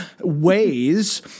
ways